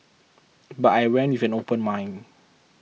but I went with an open mind